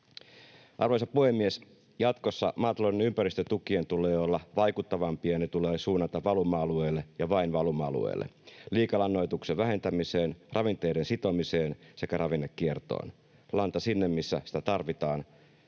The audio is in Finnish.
Arvoisa puhemies! Jatkossa maatalouden ympäristötukien tulee olla vaikuttavampia ja ne tulee suunnata valuma-alueille ja vain valuma-alueille, liikalannoituksen vähentämiseen, ravinteiden sitomiseen sekä ravinnekiertoon. Lanta sinne, missä sitä tarvitaan,